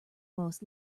most